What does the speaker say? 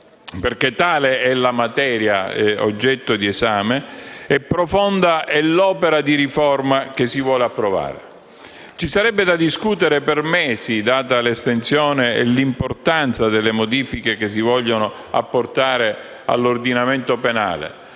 perché tale è la materia oggetto di esame e profonda è l'opera di riforma che si vuole approvare. Ci sarebbe da discutere per mesi, data l'estensione e l'importanza delle modifiche che si vogliono apportare all'ordinamento penale,